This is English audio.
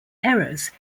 errors